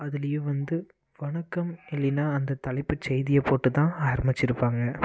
அதுலேயே வந்து வணக்கம் இல்லைனா அந்த தலைப்புச்செய்தியை போட்டு தான் ஆரம்பித்திருப்பாங்க